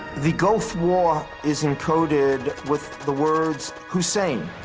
the gulf war is encoded with the words hussein,